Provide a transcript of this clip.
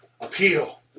appeal